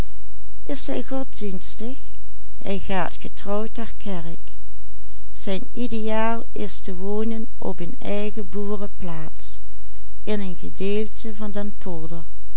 ter kerk zijn ideaal is te wonen op een eigen boereplaats in een gedeelte van den